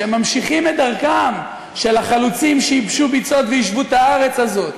שממשיכים את דרכם של החלוצים שייבשו ביצות ויישבו את הארץ הזאת,